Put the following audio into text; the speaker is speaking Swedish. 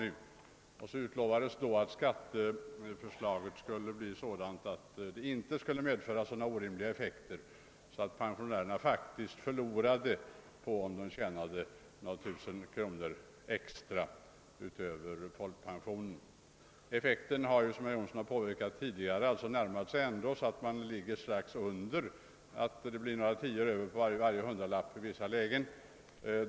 Samtidigt utlovades det att skatten i fortsättningen inte skulle medföra sådana orimliga effekter att en pensionär faktiskt förlorade på att tjäna några tusen kronor extra utöver folkpensionen. Effekten har emellertid, såsom herr Jonsson i Mora tidigare påpekade, ändå blivit den att man närmat sig detta förhållande. Det blir i vissa lägen några tior över på varje intjänad hundralapp.